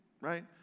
right